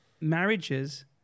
marriages